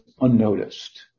unnoticed